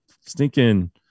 stinking